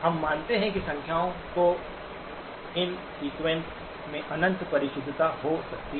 हम मानते हैं कि संख्याओं के इन सीक्वेंस में अनंत परिशुद्धता हो सकती है